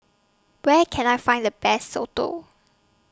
Where Can I Find The Best Soto